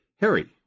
Harry